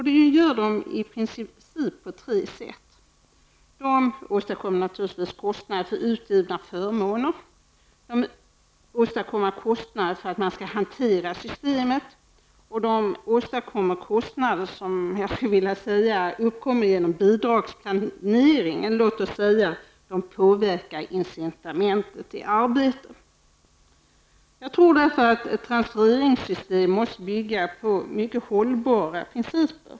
Detta gör det i princip på tre sätt. Det åstadkommer naturligtvis kostnader för utgifterna förmåner, det åstadkommer kostnader för att man skall kunna hantera systemet och det åstadkommer kostnader som uppkommer genom bidragsplanering -- eller låt oss säga att det påverkar incitamentet till arbete. Därför tror jag att transferingssystem måste bygga på mycket hållbara principer.